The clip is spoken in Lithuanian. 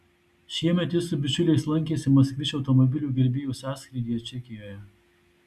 šiemet jis su bičiuliais lankėsi moskvič automobilių gerbėjų sąskrydyje čekijoje